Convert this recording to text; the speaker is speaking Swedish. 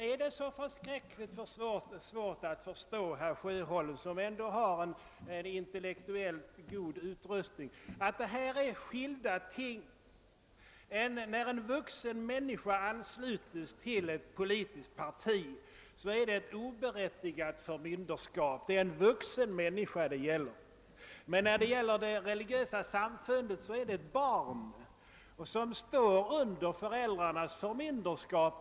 är det så förskräckligt svårt att förstå, herr Sjöholm, som ändå har en intellektuellt god utrustning, att det här är skilda ting? När en vuxen människa ansluts till ett politiskt parti, är det ett oberättigat förmynderskap. Det är en vuxen människa det gäller. Men när det gäller det religiösa samfundet är det fråga om ett barn, som står under föräldrarnas förmynderskap.